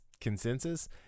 consensus